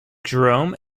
jerome